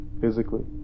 physically